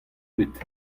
bet